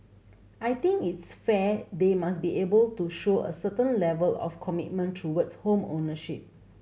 I think it's fair they must be able to show a certain level of commitment towards home ownership